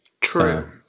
True